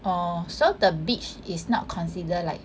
orh so the beach is not considered like